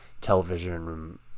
television